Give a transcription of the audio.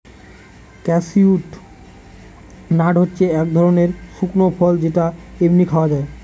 cashew nut হচ্ছে এক ধরনের শুকনো ফল যেটা এমনি খাওয়া যায়